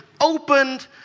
opened